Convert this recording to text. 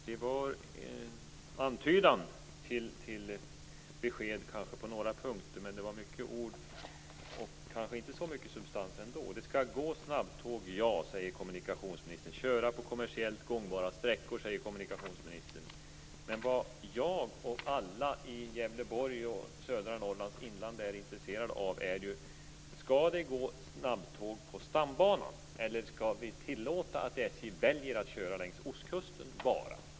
Fru talman! Det var en antydan till besked på några punkter, men det var mycket ord och inte så mycket substans. Ja, det skall gå snabbtåg, säger kommunikationsministern, och de skall köra på kommersiellt gångbara sträckor. Men vad jag och alla i Gävleborg och södra Norrlands inland är intresserade av är om det skall gå snabbtåg på Stambanan, eller om vi skall tillåta att SJ väljer att bara köra längs Ostkusten.